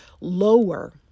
lower